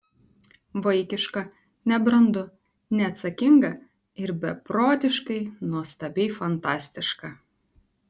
vaikiška nebrandu neatsakinga ir beprotiškai nuostabiai fantastiška